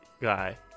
guy